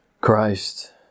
Christ